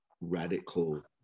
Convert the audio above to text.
radical